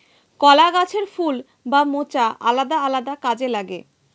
কলা গাছের ফুল বা মোচা আলাদা আলাদা কাজে লাগে